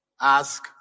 ask